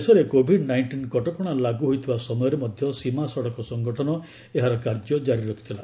ଦେଶରେ Covid nineteen କଟକଣା ଲାଗୁ ହୋଇଥିବା ସମୟରେ ମଧ୍ୟ ସୀମା ସଡ଼କ ସଂଗଠନ ଏହାର କାର୍ଯ୍ୟ ଜାରି ରଖିଥିଲା